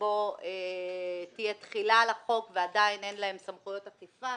שבו תהיה תחילה לחוק ועדיין אין להם סמכויות אכיפה,